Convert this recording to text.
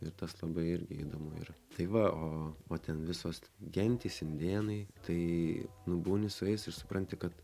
ir tas labai irgi įdomu yra tai va o o ten visos gentys indėnai tai nu būni su jais ir supranti kad